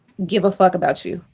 give a fuck about you.